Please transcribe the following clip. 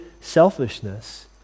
selfishness